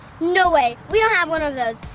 no way, we don't have one of those.